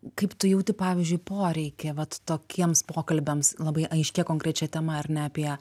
kaip tu jauti pavyzdžiui poreikį vat tokiems pokalbiams labai aiškia konkrečia tema ar ne apie